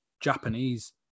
Japanese